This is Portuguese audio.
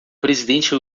presidente